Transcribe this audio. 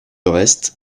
reste